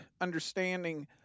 understanding